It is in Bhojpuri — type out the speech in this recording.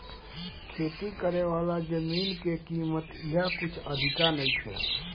खेती करेवाला जमीन के कीमत इहा कुछ अधिका नइखे